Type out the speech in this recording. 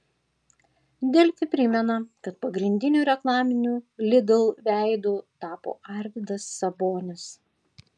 delfi primena kad pagrindiniu reklaminiu lidl veidu tapo arvydas sabonis